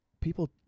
people